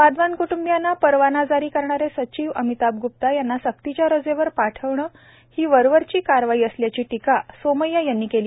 वाधवान क्टुंबीयांना परवाना जारी करणारे सचिव अमिताभ गुप्ता यांना सक्तीच्या रजेवर पाठवण ही वरवरची कारवाई असल्याची टीकाही सोमय्या यांनी केली